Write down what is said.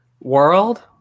World